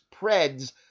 Preds